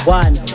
one